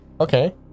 Okay